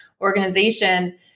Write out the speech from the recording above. organization